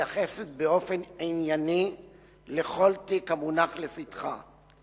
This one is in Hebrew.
מתייחסת באופן ענייני לכל תיק המונח לפתחה,